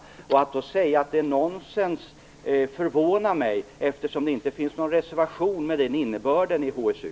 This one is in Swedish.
Att Chatrine Pålsson säger att detta är nonsens förvånar mig, eftersom det inte finns någon reservation med den innebörden i HSU.